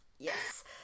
Yes